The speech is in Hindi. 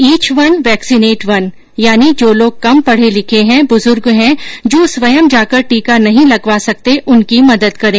इच वन वैक्सीनेट वन यानि जो लोग कम पढे लिखे हैं बज़र्ग हैं जो स्वयं जाकर टीका नहीं लगवा सकते उनकी मदद करें